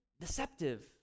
deceptive